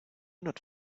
not